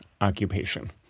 occupation